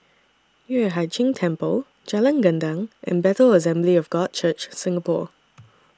Yueh Hai Ching Temple Jalan Gendang and Bethel Assembly of God Church Singapore